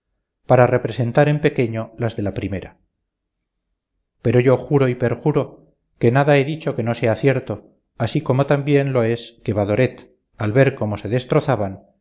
para representar en pequeño las de la primera pero yo juro y perjuro que nada he dicho que no sea cierto así como también lo es que badoret al ver cómo se destrozaban